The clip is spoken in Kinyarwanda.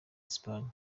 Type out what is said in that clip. espagne